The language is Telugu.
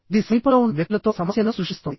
ఇది సమీపంలో ఉన్న వ్యక్తులతో సమస్యను సృష్టిస్తోంది